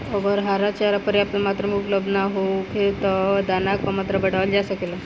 अगर हरा चारा पर्याप्त मात्रा में उपलब्ध ना होखे त का दाना क मात्रा बढ़ावल जा सकेला?